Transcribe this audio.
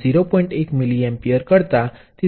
1 milliampere છે કારણ કે